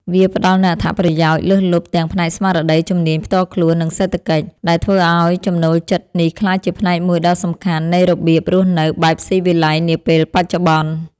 វាផ្ដល់នូវអត្ថប្រយោជន៍លើសលប់ទាំងផ្នែកស្មារតី ជំនាញផ្ទាល់ខ្លួន និងសេដ្ឋកិច្ច ដែលធ្វើឱ្យចំណូលចិត្តនេះក្លាយជាផ្នែកមួយដ៏សំខាន់នៃរបៀបរស់នៅបែបស៊ីវិល័យនាពេលបច្ចុប្បន្ន។